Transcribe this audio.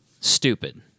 Stupid